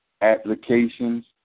applications